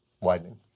widening